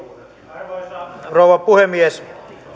arvoisa rouva puhemies